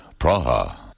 Praha